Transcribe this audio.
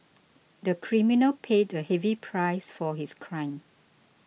the criminal paid a heavy price for his crime